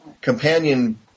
companion